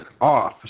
off